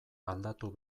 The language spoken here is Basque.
aldatu